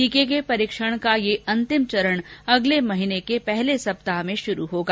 टीके के परीक्षण का यह अंतिम चरण अगले महीने के पहले सप्ताह में शुरू होगा